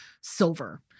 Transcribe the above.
silver